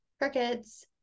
crickets